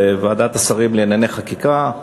בוועדת השרים לענייני חקיקה,